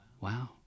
Wow